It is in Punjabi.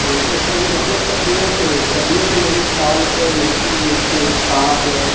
ਅਤੇ ਇਸ ਤਰ੍ਹਾਂ ਦੀਆਂ ਵੱਖ ਵੱਖ ਸਬਜ਼ੀਆਂ ਅਤੇ ਸਰਦੀਆਂ ਦੇ ਲਈ ਪਾਲਕ ਮੇਥੀ ਮੇਥੇ ਸਾਗ